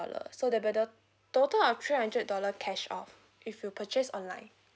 so the better total of three hundred dollar cash off if you purchase online